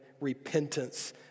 Repentance